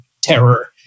terror